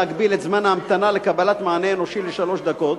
להגביל את זמן ההמתנה לקבלת מענה אנושי לשלוש דקות.